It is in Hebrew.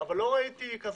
אבל לא ראיתי כאלה